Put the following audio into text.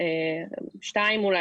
ותק, פלוס התמדה, פלוס מענק,